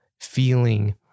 feeling